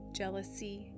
jealousy